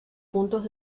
puntos